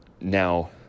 Now